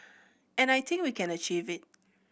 and I think we can achieve it